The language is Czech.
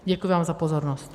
Děkuji vám za pozornost.